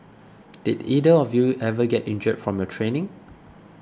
did either of you ever get injured from your training